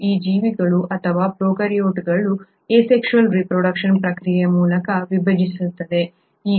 ಮತ್ತು ಈ ಜೀವಿಗಳು ಅಥವಾ ಪ್ರೊಕಾರ್ಯೋಟ್ಗಳು ಅಸೆಕ್ಷುಯಲ್ ರೆಪ್ರೊಡ್ಯೂಕ್ಷನ್ ಪ್ರಕ್ರಿಯೆಯ ಮೂಲಕ ವಿಭಜಿಸುತ್ತವೆ